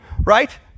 Right